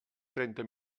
trenta